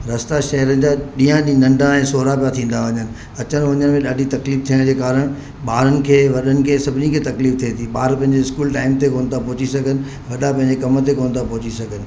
रस्ता शहरनि जा ॾींहं ॾींहुं नंढा ऐं सोढ़ा पिया थींदा वञनि अचनि वञण में ॾाढी तकलीफ़ु थियण जे कारणि ॿारनि खे वॾनि खे सभिनी खे तकलीफ़ थिए थी ॿार पंहिंजे स्कूल टाइम ते कोन था पहुची सघनि वॾा पंहिंजे कम ते कोन था पहुची सघनि